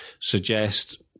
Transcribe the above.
suggest